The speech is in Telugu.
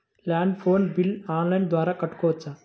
ల్యాండ్ ఫోన్ బిల్ ఆన్లైన్ ద్వారా కట్టుకోవచ్చు?